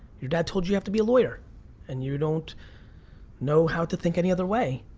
your dad told you you have to be lawyer and you don't know how to think any other way.